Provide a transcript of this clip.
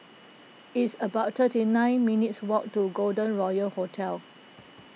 it's about thirty nine minutes' walk to Golden Royal Hotel